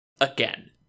Again